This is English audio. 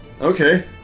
Okay